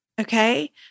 okay